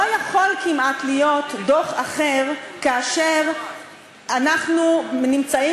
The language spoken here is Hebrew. לא יכול כמעט להיות דוח אחר כאשר אנחנו נמצאים